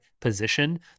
position